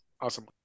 awesome